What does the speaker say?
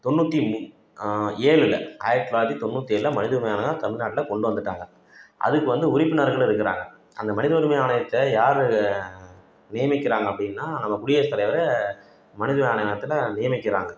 தொண்ணூற்றி ஏழில் ஆயிரத்து தொள்ளாயிரத்து தொண்ணூற்றி ஏழில் மனித உரிமை ஆணையம் தமிழ் நாட்டில் கொண்டு வந்துவிட்டாங்க அது இப்போ வந்து உறுப்பினர்களும் இருக்கிறாங்க அந்த மனித உரிமை ஆணையத்தை யார் நியமிக்கிறாங்க அப்படின்னா நம்ம குடியரசு தலைவரை மனித உரிமை ஆணையத்தில் நியமிக்கிறாங்க